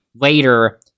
later